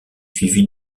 suivie